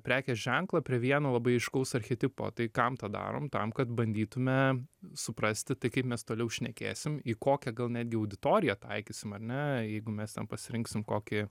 prekės ženklą prie vieno labai aiškaus archetipo tai kam tą darom tam kad bandytume suprasti tai kaip mes toliau šnekėsim į kokią gal netgi auditoriją taikysim ar ne jeigu mes tam pasirinksim kokį